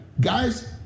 Guys